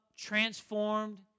transformed